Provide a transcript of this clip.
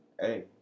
hey